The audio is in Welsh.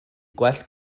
gwell